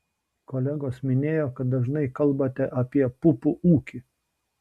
kolegos minėjo kad dažnai kalbate apie pupų ūkį